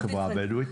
והבדואי?